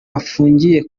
afungiye